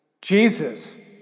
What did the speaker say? Jesus